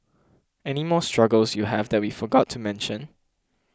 any more struggles you have that we forgot to mention